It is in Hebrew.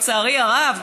לצערי הרב,